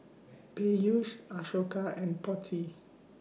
Peyush Ashoka and Potti